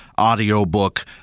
audiobook